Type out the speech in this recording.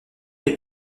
est